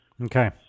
Okay